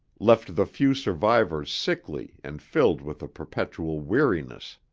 left the few survivors sickly and filled with a perpetual weariness.